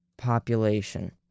population